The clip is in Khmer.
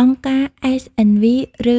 អង្គការ SNV ឬ